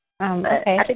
Okay